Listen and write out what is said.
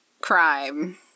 crime